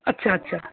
আচ্ছা আচ্ছা